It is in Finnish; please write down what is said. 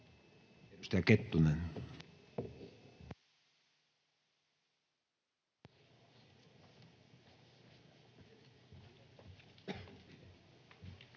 Edustaja Kettunen. [Speech